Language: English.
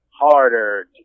harder